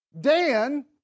Dan